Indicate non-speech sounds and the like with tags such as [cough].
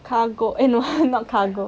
cargo eh no [laughs] not cargo